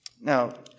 Now